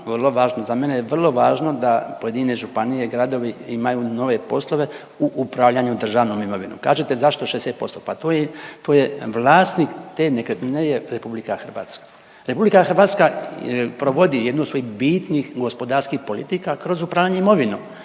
za mene je vrlo važno da pojedine županije i gradovi imaju nove poslove u upravljanju državnom imovinom. Kažete zašto 60%? Pa to je, to je, vlasnik te nekretnine je RH. RH provodi jednu od svojih bitnih gospodarskih politika kroz upravljanje imovinom.